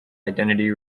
identity